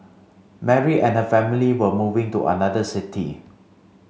Mary and her family were moving to another city